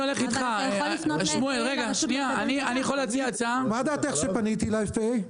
אתה יכול לפנות לרשות --- מה דעתך שפניתי ל-FAA?